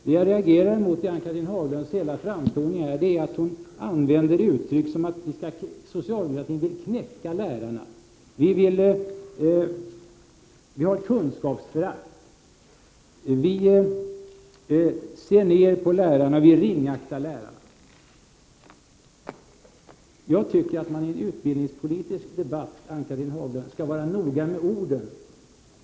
Det jag reagerar mot i Ann-Cathrine Haglunds hela framtoning är att hon använder uttryck som att socialdemokratin vill ”knäcka lärarna”, att vi har ”kunskapsförakt” och att vi ”ser ner på ” och ”ringaktar” lärarna. Ann-Cathrine Haglund, jag tycker att man i en utbildningspolitisk debatt skall vara noga med orden.